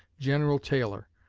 general taylor,